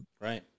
Right